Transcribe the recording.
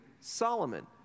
Solomon